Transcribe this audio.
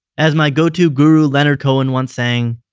as my go-to guru leonard cohen once sang,